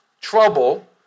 trouble